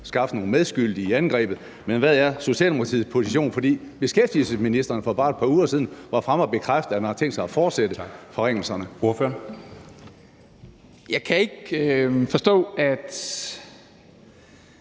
skaffe nogle medskyldige i angrebet, men hvad er Socialdemokratiets position? Beskæftigelsesministeren var for bare et par uger siden fremme at bekræfte, at man har tænkt sig at fortsætte forringelserne.